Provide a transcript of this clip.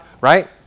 right